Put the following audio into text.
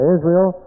Israel